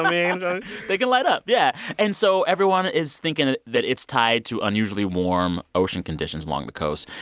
and and they can light up, yeah. and so everyone is thinking that it's tied to unusually warm ocean conditions along the coast.